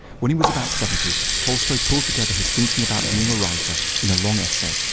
when he was about seventy, tolstoy pulled together his thinking about being a writer in a long essay,